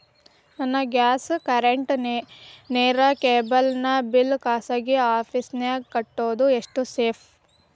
ನನ್ನ gas current, ನೇರು, cable ನ ಬಿಲ್ ಖಾಸಗಿ ಆ್ಯಪ್ ನ್ಯಾಗ್ ಕಟ್ಟೋದು ಎಷ್ಟು ಸೇಫ್ರಿ?